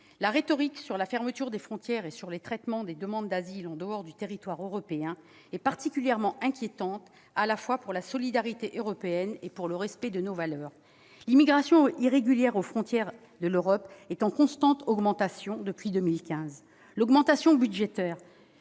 La rhétorique sur la fermeture des frontières et le traitement des demandes d'asile en dehors du territoire européen est particulièrement inquiétante, à la fois pour la solidarité européenne et pour le respect de nos valeurs. L'immigration irrégulière aux frontières de l'Europe est en constante augmentation depuis 2015. L'augmentation budgétaire